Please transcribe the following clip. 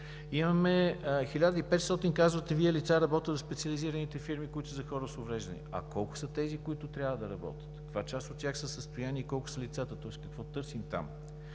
лица – казвате Вие – работят в специализираните фирми, които са за хора с увреждания. А колко са тези, които трябва да работят? Каква част от тях са в състояние и колко са лицата, тоест какво търсим там?